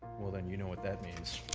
well, then you know what that means,